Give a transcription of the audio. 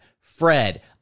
Fred